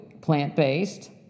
plant-based